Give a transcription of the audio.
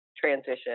transition